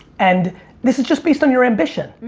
and this is just based on your ambition.